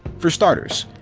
for starters,